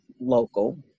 local